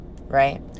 right